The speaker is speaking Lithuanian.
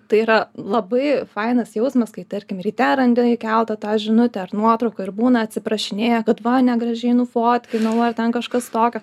tai yra labai fainas jausmas kai tarkim ryte randi įkeltą tą žinutę ar nuotrauką ir būna atsiprašinėja kad va negražiai nufotkinau ar ten kažkas tokio